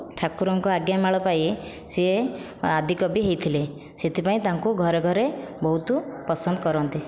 ଠାକୁରଙ୍କ ଆଜ୍ଞାମାଳ ପାଇ ସିଏ ଆଦିକବି ହୋଇଥିଲେ ସେଥିପାଇଁ ତାଙ୍କୁ ଘରେ ଘରେ ବହୁତ ପସନ୍ଦ କରନ୍ତି